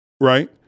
right